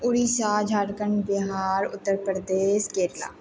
Orissa Jharkhand Bihar Uttar Pradesh Kerala